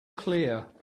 clear